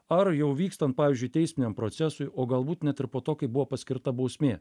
ar jau vykstant pavyzdžiui teisminiam procesui o galbūt net ir po to kai buvo paskirta bausmė